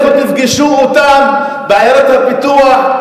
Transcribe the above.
לכו תפגשו אותם בעיירות הפיתוח,